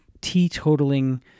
teetotaling